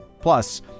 Plus